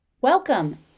Welcome